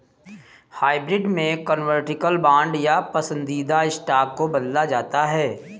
hybrid में convertible bond या पसंदीदा स्टॉक को बदला जाता है